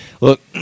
Look